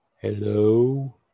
Hello